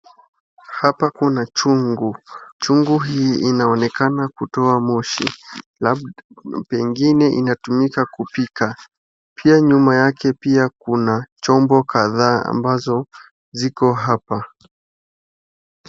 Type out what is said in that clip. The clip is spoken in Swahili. Hapa kuna chungu, chungu hii inaonekana kutoa moshi, pengine inatumika kupika. Pia nyuma yake pia kuna chombo kadhaa ambazo ziko hapa.